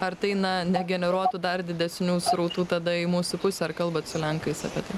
ar tai na negeneruotų dar didesnių srautų tada į mūsų pusę ar kalbat su lenkais apie tai